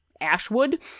ashwood